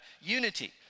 unity